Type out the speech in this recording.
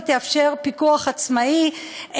היא תאפשר פיקוח עצמאי,